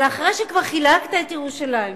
אבל אחרי שכבר חילקת את ירושלים,